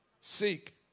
seek